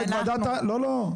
לא, לא,